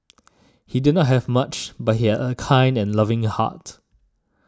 he did not have much but he had a kind and loving heart